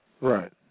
Right